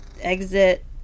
Exit